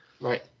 Right